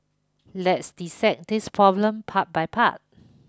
let's dissect this problem part by part